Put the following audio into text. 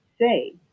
Say